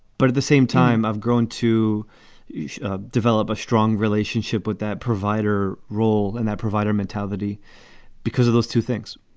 but at the same time, i've grown to ah develop a strong relationship with that provider role and that provider mentality because of those two things.